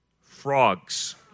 frogs